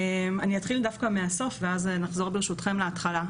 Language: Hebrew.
אני אתחיל דווקא מהסוף ואז נחזור ברשותכם להתחלה.